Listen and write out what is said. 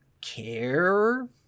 care